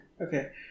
Okay